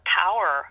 power